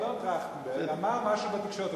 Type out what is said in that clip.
אדון טרכטנברג אמר משהו בתקשורת,